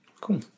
Cool